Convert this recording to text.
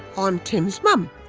um tim's mum,